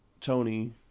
Tony